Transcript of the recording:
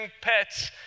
pets